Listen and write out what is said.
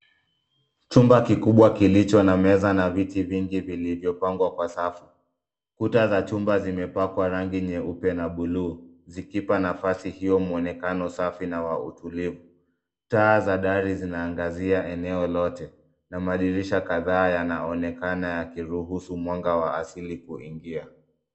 Chumba kikubwa kilicho na meza na viti vingi vilivyopangwa kwa safu. Kuta za chumba zimepakwa rangi nyeupe na buluu, zikipa nafasi hiyo muonekano safi na wa utulivu. Taa za dari zinaangazia eneo lote na madirisha kadhaa yanaonekana yakiruhusu mwanga wa asili kuingia.